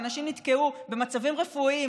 ואנשים נתקעו במצבים רפואיים,